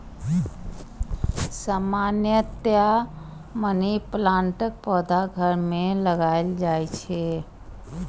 सामान्यतया मनी प्लांटक पौधा घर मे लगाएल जाइ छै